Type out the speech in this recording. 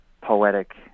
poetic